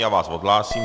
Já vás odhlásím.